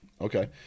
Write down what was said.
Okay